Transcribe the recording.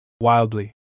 wildly